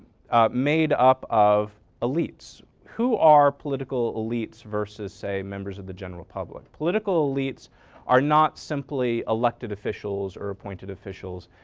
made up of elites. who are political elites versus say, members of the general public? political elites are not simply elected officials or appointed officials.